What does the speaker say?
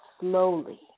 slowly